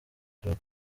kazi